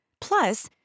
Plus